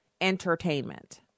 entertainment